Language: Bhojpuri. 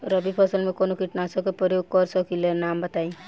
रबी फसल में कवनो कीटनाशक के परयोग कर सकी ला नाम बताईं?